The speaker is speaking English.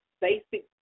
basic